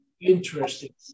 interesting